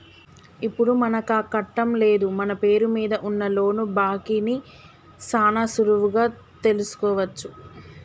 ఇప్పుడు మనకాకట్టం లేదు మన పేరు మీద ఉన్న లోను బాకీ ని సాన సులువుగా తెలుసుకోవచ్చు